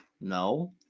No